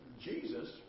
Jesus